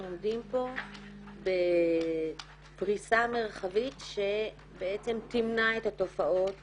עומדים פה בפריסה מרחבית שתמנע את התופעות